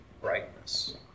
brightness